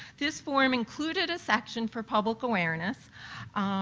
this forum included a section for public awareness,